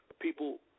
People